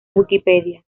wikipedia